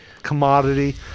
commodity